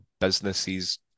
businesses